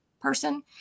person